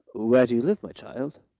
where do you live, my child?